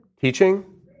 teaching